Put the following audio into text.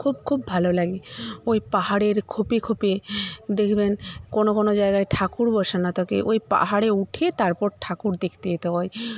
খুব খুব ভাল লাগে ওই পাহাড়ের খোপে খোপে দেখবেন কোনো কোনো জায়গায় ঠাকুর বসানো থাকে ওই পাহাড়ে উঠে তারপর ঠাকুর দেখতে যেতে হয়